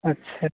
अच्छा